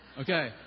Okay